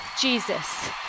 Jesus